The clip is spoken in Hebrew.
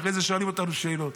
ואחרי זה שואלים אותנו שאלות.